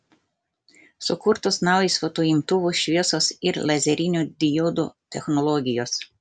sukurtos naujos fotoimtuvų šviesos ir lazerinių diodų technologijos